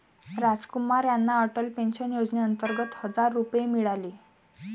रामकुमार यांना अटल पेन्शन योजनेअंतर्गत हजार रुपये मिळाले